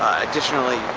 additionally,